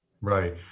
right